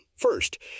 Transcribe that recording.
First